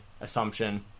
assumption